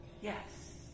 yes